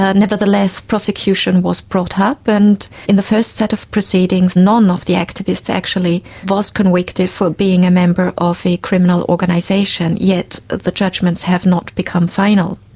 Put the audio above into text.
ah nevertheless prosecution was brought up and in the first set of proceedings none of the activists actually was convicted for being a member of a criminal organisation, yet the judgments have not become final.